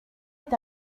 est